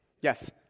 yes